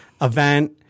event